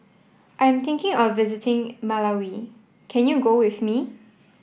I am thinking of visiting Malawi can you go with me